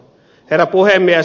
herra puhemies